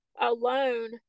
alone